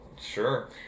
Sure